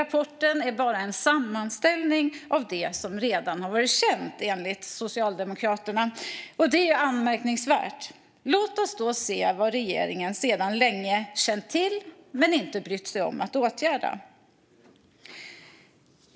Rapporten är bara en sammanställning av det som redan har varit känt, enligt Socialdemokraterna. Detta är anmärkningsvärt. Låt oss då se vad regeringen sedan länge har känt till men inte brytt sig om att åtgärda.